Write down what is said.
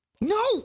No